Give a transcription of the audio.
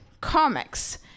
comics